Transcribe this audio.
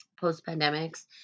post-pandemics